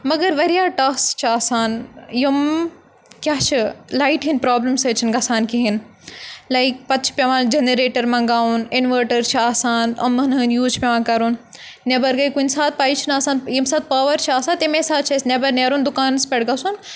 مگر واریاہ ٹاسک چھِ آسان یِم کیاہ چھِ لایٹہِ ہِنٛدۍ پرٛابلِم سۭتۍ چھِنہٕ گژھان کِہیٖنۍ لایِک پَتہٕ چھِ پٮ۪وان جَنریٹَر مَنٛگاوُن اِنوٲٹَر چھُ آسان یِمَن ہٕنٛدۍ یوٗز چھُ پٮ۪وان کَرُن نٮ۪بَر گٔے کُنہِ ساتہٕ پَیی چھُنہٕ آسان ییٚمہِ ساتہٕ پاوَر چھِ آسان تَمے ساتہٕ چھِ اَسہِ نٮ۪بَر نیرُن دُکانَس پٮ۪ٹھ گژھُن